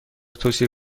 توصیه